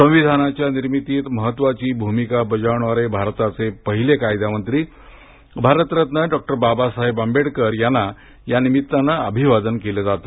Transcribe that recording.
संविधानाच्या निर्मितीत महत्वाची भूमिका बजावणारे भारताचे पहिले कायदामंत्री भारतरत्न डॉक्टर बाबासाहेब आंबेडकर यांना या निमित्तानं अभिवादन केलं जातं